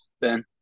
Ben